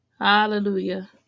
Hallelujah